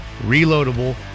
reloadable